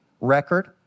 record